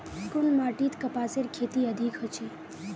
कुन माटित कपासेर खेती अधिक होचे?